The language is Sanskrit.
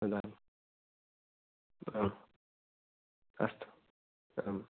तदां आम् अस्तु आम्